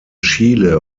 chile